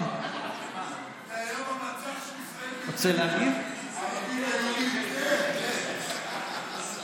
היום המצב של ישראל, ערבים ויהודים, כן.